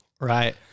Right